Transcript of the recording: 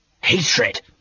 hatred